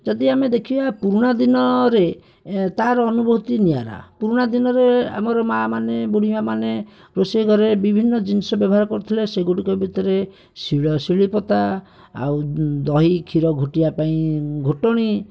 ଯଦି ଆମେ ଦେଖିବା ପୁରୁଣା ଦିନରେ ତା'ର ଅନୁଭୂତି ନିଆରା ପୁରୁଣା ଦିନରେ ଆମର ମା'ମାନେ ବୁଢ଼ୀମା'ମାନେ ରୋଷେଇଘରେ ବିଭିନ୍ନ ଜିନିଷ ବ୍ୟବହାର କରୁଥିଲେ ସେଗୁଡ଼ିକ ଭିତରେ ଶିଳ ଶିଳୁପତା ଆଉ ଦହି କ୍ଷୀର ଘୋଟିବା ପାଇଁ ଘୋଟଣି